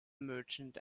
merchant